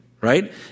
right